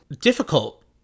difficult